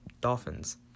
Dolphins